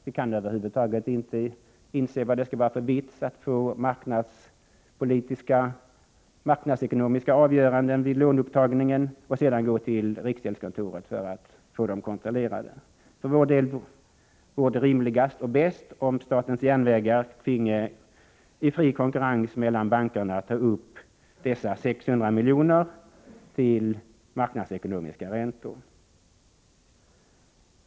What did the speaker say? Vi kan över huvud taget inte inse vad det skall vara för vits med att få marknadsekonomiska avgöranden vid låneupptagningen och sedan gå till riksgäldskontoret för att få dem kontrollerade. Det vore enligt vår mening rimligast och bäst om statens järnvägar i fri konkurrens mellan bankerna finge låna upp dessa 600 milj.kr. till marknadsekonomiska räntor.